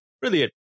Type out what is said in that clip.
Brilliant